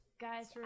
Guys